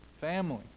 family